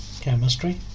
chemistry